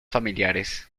familiares